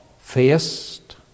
faced